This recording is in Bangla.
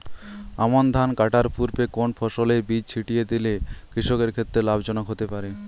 আমন ধান কাটার পূর্বে কোন ফসলের বীজ ছিটিয়ে দিলে কৃষকের ক্ষেত্রে লাভজনক হতে পারে?